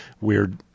weird –